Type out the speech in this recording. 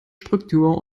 struktur